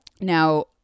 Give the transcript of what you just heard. Now